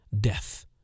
death